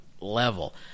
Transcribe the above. level